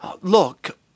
Look